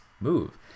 move